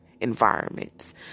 environments